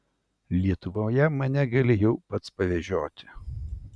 lietuvoje mane jau gali pats pavežioti